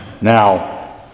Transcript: Now